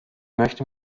möchte